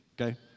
Okay